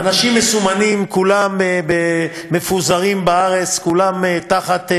אנשים מסומנים, כולם מפוזרים בארץ, כולם תחת,